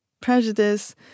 prejudice